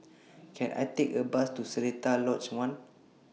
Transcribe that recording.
Can I Take A Bus to Seletar Lodge one